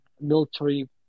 military